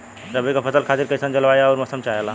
रबी क फसल खातिर कइसन जलवाय अउर मौसम चाहेला?